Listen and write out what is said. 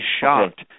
shocked